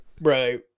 bro